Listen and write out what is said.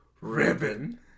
Ribbon